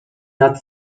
nad